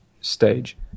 stage